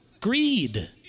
Greed